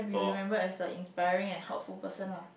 remembered as a inspiring and helpful person ah